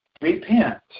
repent